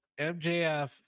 mjf